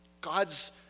God's